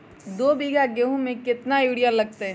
दो बीघा गेंहू में केतना यूरिया लगतै?